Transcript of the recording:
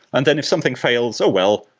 and then, if something fails, oh well,